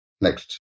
Next